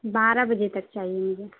بارہ بجے تک چاہیے مجھے